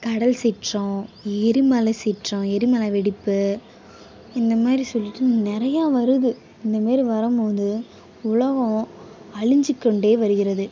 கடல் சீற்றம் எரிமலை சீற்றம் எரிமலை வெடிப்பு இந்த மாதிரி சொல்லிவிட்டு நிறையா வருது இந்தமாரி வரம்போது உலகம் அழிஞ்சிக்கொண்டே வருகிறது